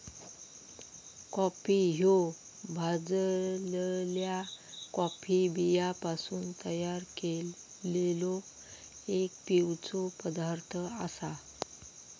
coffee ह्यो भाजलल्या coffee बियांपासून तयार केललो एक पिवचो पदार्थ आसा